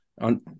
on